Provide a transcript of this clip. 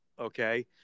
Okay